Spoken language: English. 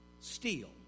steal